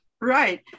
Right